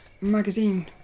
magazine